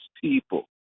people